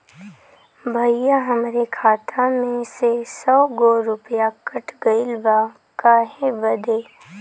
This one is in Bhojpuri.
भईया हमरे खाता में से सौ गो रूपया कट गईल बा काहे बदे?